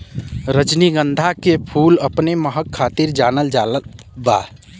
रजनीगंधा के फूल अपने महक खातिर जानल जात बा